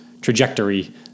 trajectory